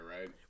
right